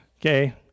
Okay